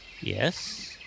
Yes